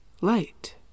light